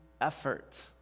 effort